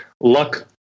luck